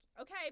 okay